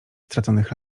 straconych